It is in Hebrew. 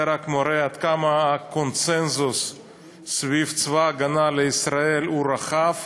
זה רק מורה עד כמה הקונסנזוס סביב צבא ההגנה לישראל הוא רחב,